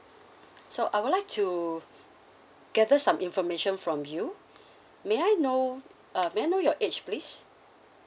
so I would like to gather some information from you may I know uh may I know your age please